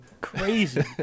crazy